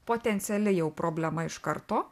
potenciali jau problema iš karto